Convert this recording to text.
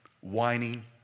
whining